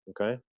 Okay